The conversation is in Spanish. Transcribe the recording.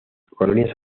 colonias